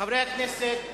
חברי הכנסת טיבייב,